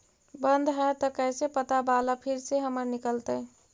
बन्द हैं त कैसे पैसा बाला फिर से हमर निकलतय?